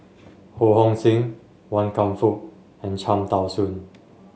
Ho Hong Sing Wan Kam Fook and Cham Tao Soon